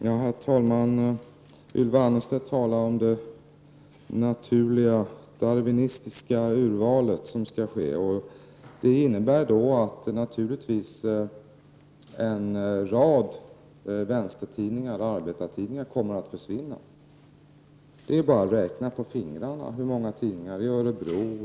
Herr talman! Ylva Annerstedt talar om det naturliga, darwinistiska urvalet som skall ske. Det innebär att en rad vänstertidningar, arbetartidningar, naturligtvis kommer att försvinna. Det är bara att räkna på fingrarna hur många sådana tidningar som kommer att försvinna.